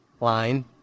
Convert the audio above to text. line